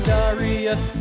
Darius